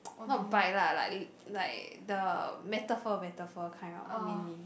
not bite lah like like the metaphor metaphor kind of meaning